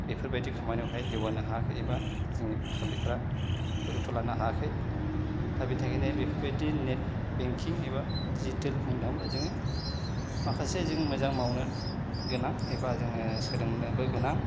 बेफोरबायदि खामानियावहाय जौगानो हायाखै एबा जोंनि पाब्लिकफ्रा गुरुथ' लानो हायाखै दा बिनि थाखायनो बेफोरबायदि नेट बेंकिं एबा डिजिटेल बुंनो थाङोब्ला जोङो माखासे जों मोजां मावनो गोनां एबा सोलोंनोबो गोनां